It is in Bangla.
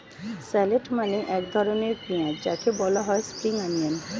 শ্যালোট মানে এক ধরনের পেঁয়াজ যাকে বলা হয় স্প্রিং অনিয়ন